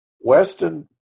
Weston